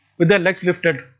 with their legs lifted.